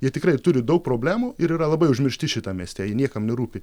jie tikrai turi daug problemų ir yra labai užmiršti šitam mieste jie niekam nerūpi